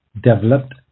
developed